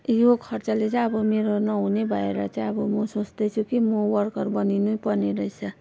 यो खर्चले चाहिँ अब मेरो नहुने भएर चाहिँ अब म सोच्दैछु कि म वर्कर बनिनै पर्ने रहेछ